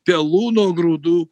pelų nuo grūdų